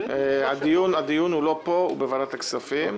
הדיון הוא לא פה אלא בוועדת הכספים.